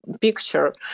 picture